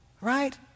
Right